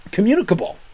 communicable